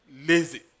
lazy